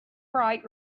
bright